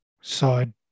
side